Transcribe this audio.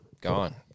gone